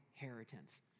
inheritance